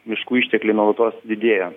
miškų ištekliai nuolatos didėjo